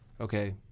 okay